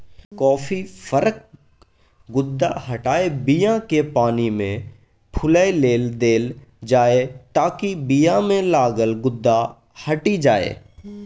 coffee फरक गुद्दा हटाए बीयाकेँ पानिमे फुलए लेल देल जाइ ताकि बीयामे लागल गुद्दा हटि जाइ